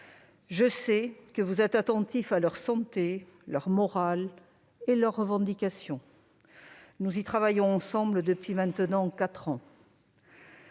Je sais que vous êtes attentifs à leur santé, leur moral et leurs revendications. Nous y travaillons ensemble depuis maintenant quatre ans.